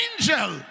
angel